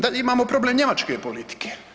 Da, imamo problem njemačke politike.